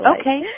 Okay